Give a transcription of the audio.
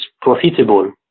profitable